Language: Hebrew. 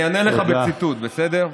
אני אענה לך בציטוט, בסדר?